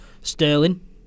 Sterling